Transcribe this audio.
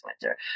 winter